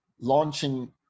launching